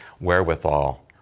wherewithal